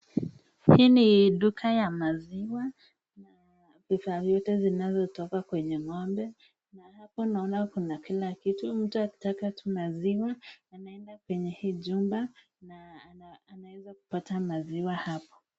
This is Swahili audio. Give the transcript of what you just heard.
Hii ni duka ya maziwa. Bidhaa hizi zinazotoka kwenye ng'ombe. Na hapa naona kuna kila kitu. Mtu akitaka tu maziwa, anaenda kwenye hii jumba na anaeza kupata maziwa hapo.